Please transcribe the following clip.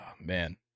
man